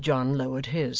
sir john lowered his.